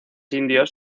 indios